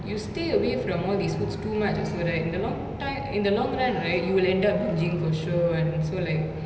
you stay away from all these foods too much also right in the long time in the long run right you will end up bingeing for sure [one] so like